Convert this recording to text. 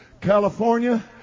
California